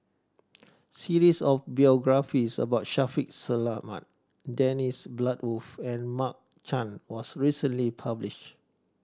series of biographies about Shaffiq Selamat Dennis Bloodworth and Mark Chan was recently published